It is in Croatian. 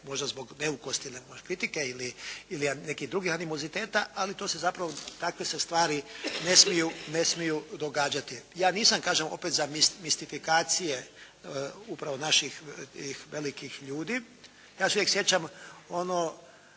možda zbog neukosti ili kritike ili nekih drugih animoziteta, ali to se zapravo takve se stvari ne smiju događati. Ja nisam kažem opet za mistifikacije upravo naših velikih ljudi. Ja se uvijek sjećam ono